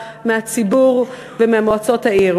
מהציבור וממועצות העיר.